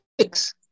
Six